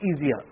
easier